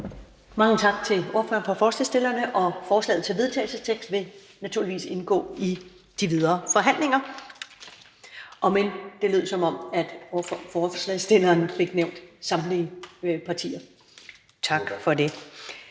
forslagsstillerne, og forslaget til vedtagelse vil naturligvis indgå i de videre forhandlinger, om end det lød, som om forslagstilleren fik nævnt samtlige partier. Tak for det.